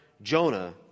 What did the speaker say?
Jonah